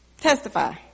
testify